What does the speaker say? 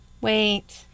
Wait